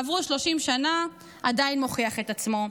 עברו 30 שנה, עדיין מוכיח את עצמו.